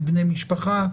מבני משפחה,